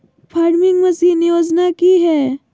Farming machine योजना कि हैय?